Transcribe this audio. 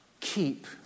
Keep